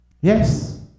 yes